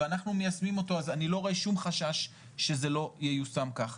ואנחנו מיישמים אותו אז אני לא רואה שום חשש שזה לא ייושם כך.